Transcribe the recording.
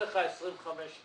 אם